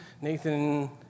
Nathan